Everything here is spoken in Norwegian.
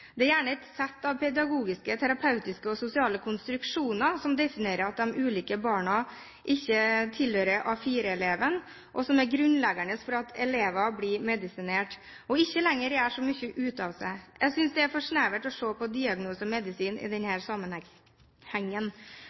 Det er gjerne et sett av pedagogiske, terapeutiske og sosiale konstruksjoner som definerer at de ulike barna ikke er som A4-eleven, og som er grunnleggende for at elever blir medisinert og ikke lenger gjør så mye ut av seg. Jeg synes det er for snevert å se på diagnose og medisin i